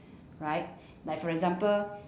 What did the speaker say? right like for example